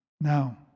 Now